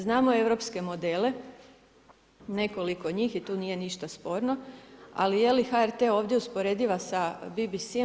Znamo europske modele, nekoliko njih i tu nije ništa sporno, ali je li HRT ovdje usporediva sa BBC-em?